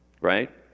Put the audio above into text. right